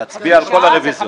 נצביע על כל הרביזיות.